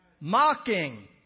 mocking